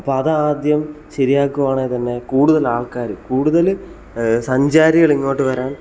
അപ്പം അതാദ്യം ശരിയാക്കുവാണെങ്കിൽ തന്നെ കൂടുതൽ ആൾക്കാർ കൂടുതൽ സഞ്ചാരികളിങ്ങോട്ട് വരാൻ